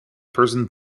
person